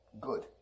good